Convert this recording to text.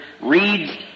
reads